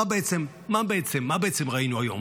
מה בעצם ראינו היום?